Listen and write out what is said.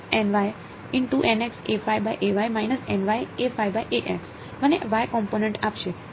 મને Y component આપશે